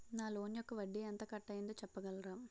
నా లోన్ యెక్క వడ్డీ ఎంత కట్ అయిందో చెప్పగలరా?